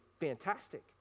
fantastic